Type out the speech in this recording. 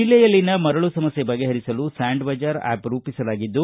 ಜಿಲ್ಲೆಯಲ್ಲಿನ ಮರಳು ಸಮಸ್ತೆ ಬಗೆಹರಿಸಲು ಸ್ವಾಂಡ್ ಬಜಾರ್ ಆಪ್ ರೂಪಿಸಲಾಗಿದ್ದು